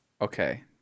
okay